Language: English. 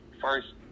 first